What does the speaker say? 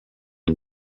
une